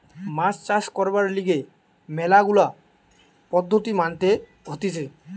মাছ চাষ করবার লিগে ম্যালা গুলা পদ্ধতি মানতে হতিছে